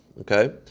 okay